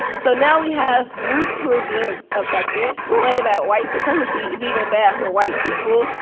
so now we have groups who are being affected. we're letting that white supremacy is even bad for white people,